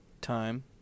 time